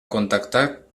contactat